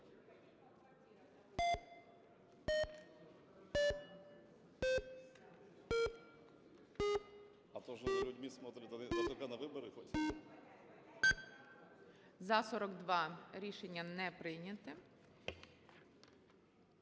За-42 Рішення не прийнято.